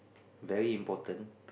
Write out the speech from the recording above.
very important